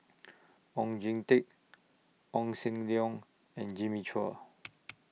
Oon Jin Teik Oon Seng Leong and Jimmy Chua